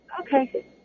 Okay